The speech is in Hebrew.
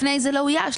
לפני כן זה לא אויש.